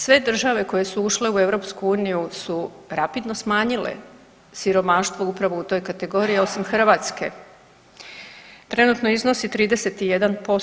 Sve države koje su ušle u EU su rapidno smanjile siromaštvo upravo u toj kategoriji osim Hrvatske, trenutno iznosi 31%